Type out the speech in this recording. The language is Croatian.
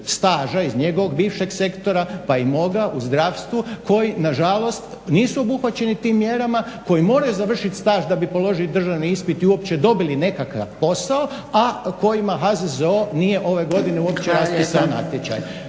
staža iz njegovog bivšeg sektora pa i moga u zdravstvu koji nažalost nisu obuhvaćeni tim mjerama, koji moraju završiti staž da bi položili državni ispit i uopće dobili nekakav posao, a kojima HZZO nije ove godine uopće raspisao natječaj.